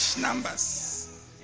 numbers